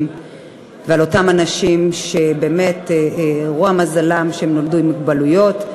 ועל אותם אנשים שלרוע מזלם נולדו עם מוגבלויות.